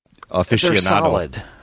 aficionado